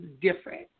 different